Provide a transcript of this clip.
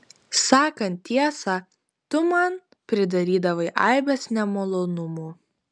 sakant tiesą tu man pridarydavai aibes nemalonumų